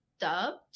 dubbed